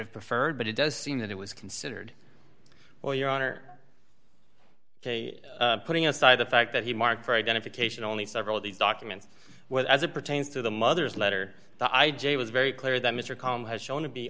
have preferred but it does seem that it was considered or your honor putting aside the fact that he marked for identification only several of these documents well as it pertains to the mother's letter i j was very clear that mr calm has shown to be